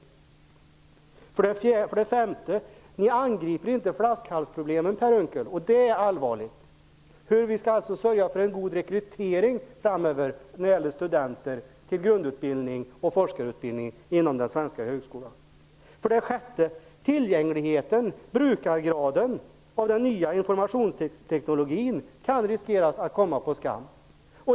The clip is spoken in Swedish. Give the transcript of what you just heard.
För det femte angriper ni inte flaskhalsproblemen, Per Unckel. Det är allvarligt. Det handlar alltså om hur vi skall sörja för en god rekrytering framöver av studenter till grundutbildning och forskarutbildning inom den svenska högskolan. För det sjätte kan tillgängligheten, brukargraden och den nya informationsteknologin kan riskera att komma på skam.